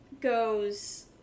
goes